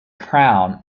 crown